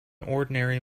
ordinary